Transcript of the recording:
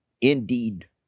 indeed